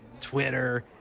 Twitter